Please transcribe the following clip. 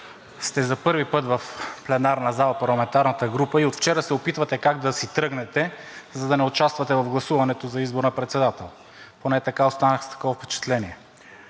сте за първи път в пленарната зала, парламентарната група, и от вчера се опитвате как да тръгнете, за да не участвате в гласуването за избор на председател – поне останах с такова впечатление.